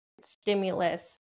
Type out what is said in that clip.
stimulus